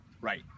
right